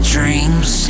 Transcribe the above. Dreams